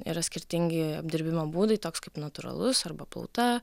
yra skirtingi apdirbimo būdai toks kaip natūralus arba plauta